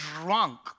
drunk